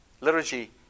Liturgy